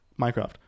Minecraft